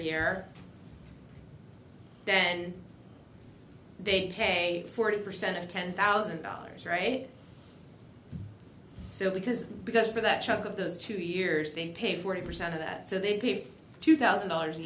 year then they take a forty percent to ten thousand dollars right so because because of that chuck of those two years they pay forty percent of that so they give two thousand dollars a